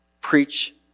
Preach